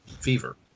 fever